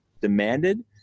demanded